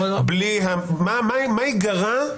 מה ייגרע?